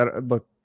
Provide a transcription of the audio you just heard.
look